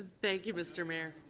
thank you, mr. mayor.